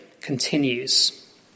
continues